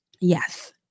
Yes